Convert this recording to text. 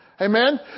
Amen